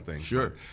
sure